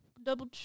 double